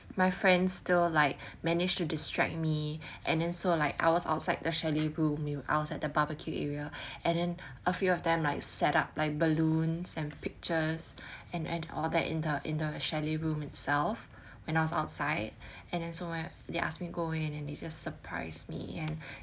my friends still like manage to distract me and then so like I was outside the chalet room I was at the barbecue area and then a few of them like set up like balloons and pictures and and all that in the in the chalet room itself when I was outside and then so when they ask me go in and they just surprised me and